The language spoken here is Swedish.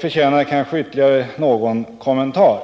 förtjänar kanske ytterligare någon kommentar.